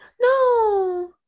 No